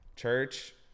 church